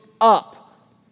up